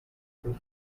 proof